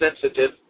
sensitive